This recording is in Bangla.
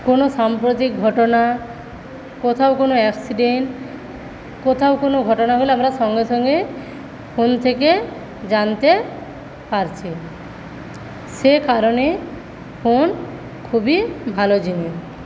কোনো সাম্প্রতিক ঘটনা কোথাও কোনো অ্যাক্সিডেন্ট কোথাও কোনো ঘটনা হলে আমরা সঙ্গে সঙ্গে ফোন থেকে জানতে পারছি সে কারণে ফোন খুবই ভালো জিনিস